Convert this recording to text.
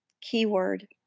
Keyword